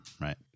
right